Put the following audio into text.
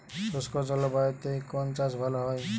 শুষ্ক জলবায়ুতে কোন চাষ ভালো হয়?